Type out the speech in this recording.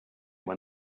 when